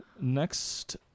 next